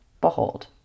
behold